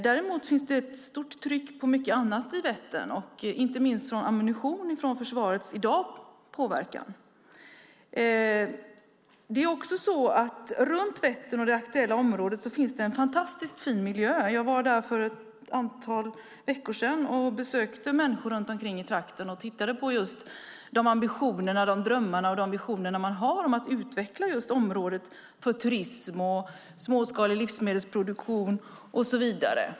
Det finns dock ett stort tryck på mycket annat när det gäller Vättern, inte minst påverkan av ammunition från Försvaret. Runt Vättern finns en fantastiskt fin miljö. För ett antal veckor sedan besökte jag människor i dessa trakter och lyssnade på deras ambitioner, visioner och drömmar om att utveckla området för turism, småskalig livsmedelsproduktion och så vidare.